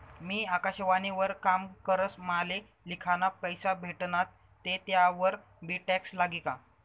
मी आकाशवाणी वर काम करस माले लिखाना पैसा भेटनात ते त्यावर बी टॅक्स लागी का?